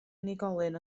unigolyn